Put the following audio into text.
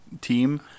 team